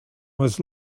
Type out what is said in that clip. was